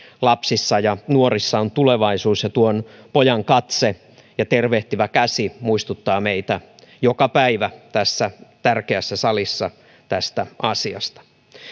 lapsissa ja nuorissa on tulevaisuus ja tuon pojan katse ja tervehtivä käsi muistuttaa meitä joka päivä tässä tärkeässä salissa tästä asiasta